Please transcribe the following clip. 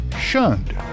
shunned